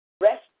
Rest